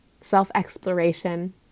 self-exploration